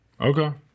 Okay